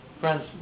friends